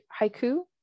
haiku